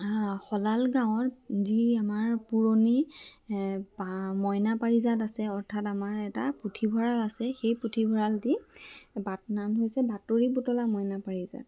শলাল গাঁৱত যি আমাৰ পুৰণি মইনা পাৰিজাত আছে অৰ্থাৎ আমাৰ এটা পুথিভঁৰাল আছে সেই পুথিভঁৰালটি বাট নাম হৈছে বাতৰি বুটলা মইনা পাৰিজাত